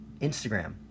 Instagram